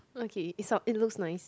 okay it it looks nice